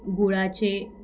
गुळाचे